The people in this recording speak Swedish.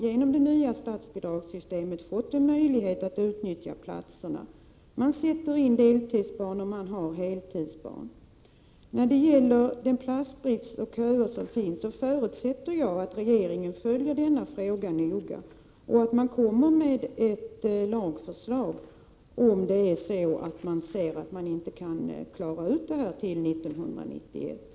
Genom det nya statsbidragssystemet har man ju fått möjlighet att utnyttja platserna. Man sätter in deltidsbarn och heltidsbarn. När det gäller den platsbrist och de köer som finns förutsätter jag att regeringen följer problemet noga och lägger fram ett lagförslag, om man ser att det inte går att klara av utbyggnaden till 1991.